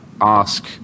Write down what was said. ask